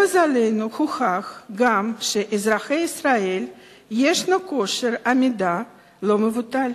למזלנו הוכח גם שלאזרחי ישראל יש כושר עמידה לא מבוטל.